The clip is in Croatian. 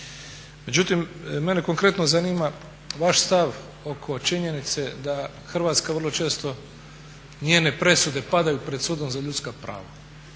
Međutim mene konkretno zanima vaš stav oko činjenice da Hrvatska vrlo često njene presude padaju pred Sudom za ljudska prava.